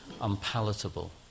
unpalatable